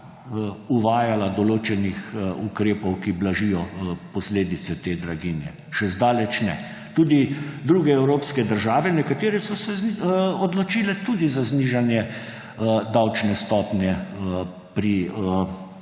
uvajala določenih ukrepov, ki blažijo posledice te draginje, še zdaleč ne. Tudi druge evropske države, nekatere so se odločile tudi za znižanje davčne stopnje pri